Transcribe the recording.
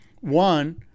one